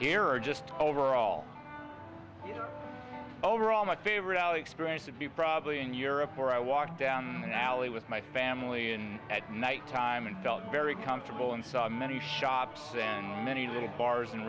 here are just overall overall my favorite alley experience to be probably in europe where i walk down the alley with my family in at night time and felt very comfortable and saw many shops and many little bars and